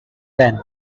then